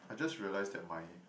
I just realise that my